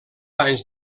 anys